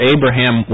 Abraham